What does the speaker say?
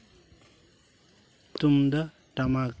ᱛᱩᱢᱫᱟᱜ ᱴᱟᱢᱟᱠ